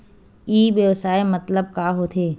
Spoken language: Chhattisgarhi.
ई व्यवसाय मतलब का होथे?